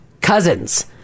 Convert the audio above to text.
cousins